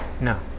No